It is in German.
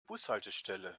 bushaltestelle